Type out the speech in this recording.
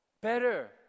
Better